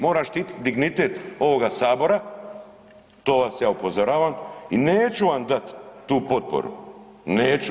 Moram štititi dignitet ovoga Sabora to vas ja upozoravam i neću vam dati tu potporu, neću.